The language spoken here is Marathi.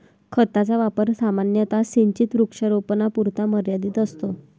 खताचा वापर सामान्यतः सिंचित वृक्षारोपणापुरता मर्यादित असतो